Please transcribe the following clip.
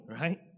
right